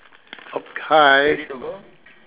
hi